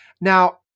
Now